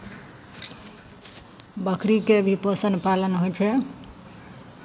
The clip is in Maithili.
बकरीके भी पोषण पालन होइ छै